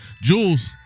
Jules